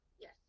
Yes